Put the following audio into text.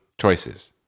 choices